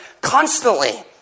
constantly